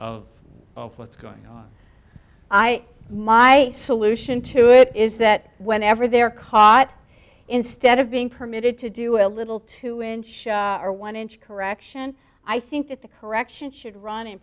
oh oh what's going on i my a solution to it is that whenever they're caught instead of being permitted to do a little two inch or one inch correction i think that the correction should run in